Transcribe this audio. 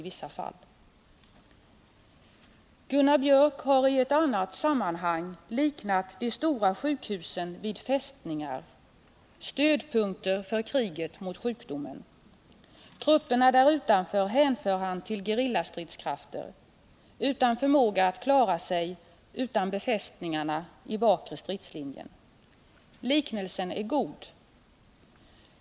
Gunnar Biörck i Värmdö har i ett annat sammanhang liknat de stora sjukhusen vid fästningar, stödpunkter i kriget mot sjukdomar. Trupperna därutanför hänför han till gerillastridskrafter utan förmåga att klara sig utan befästningarna i bakre stridslinjen. Liknelsen är god.